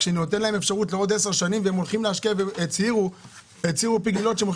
אם ייתנו לפי גלילות אפשרות לעוד עשר שנים,